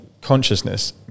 consciousness